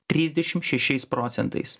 trisdešim šešiais procentais